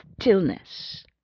stillness